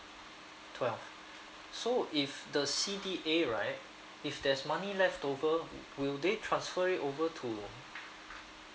twelve so if the C_D_A right if there's money left over will they transfer it over to